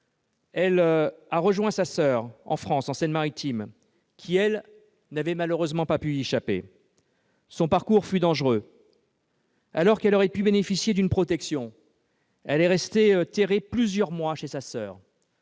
Elle a rejoint en Seine-Maritime sa soeur, qui, elle, n'avait malheureusement pas pu y échapper. Son parcours fut dangereux. Alors qu'elle aurait pu bénéficier d'une protection, elle est restée terrée plusieurs mois chez sa soeur,